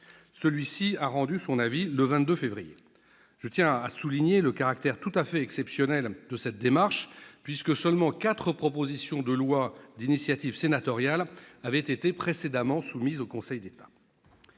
Celui-ci a rendu son avis le 22 février dernier. Je tiens à souligner le caractère tout à fait exceptionnel de cette démarche, puisque seules quatre propositions de loi d'initiative sénatoriale avaient été précédemment soumises au Conseil d'État.